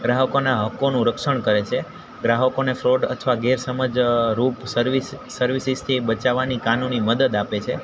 ગ્રાહકોના હકોનું રક્ષણ કરે છે ગ્રાહકોને ફ્રોડ અથવા ગેરસમજ રૂપ સર્વિસ સર્વિસીસથી એ બચાવવાની કાનૂની મદદ આપે છે